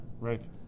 Right